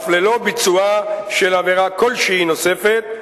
אף ללא ביצועה של עבירה כלשהי נוספת,